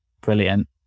brilliant